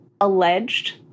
alleged